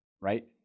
right